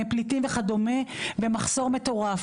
פליטים וכדומה ומחסור מטורף.